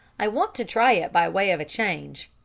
i want to try it by way of a change.